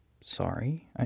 sorry